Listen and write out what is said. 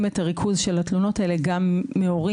את הריכוז של התלונות האלה גם מהורים,